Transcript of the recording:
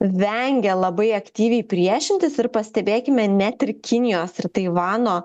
vengia labai aktyviai priešintis ir pastebėkime net ir kinijos ir taivano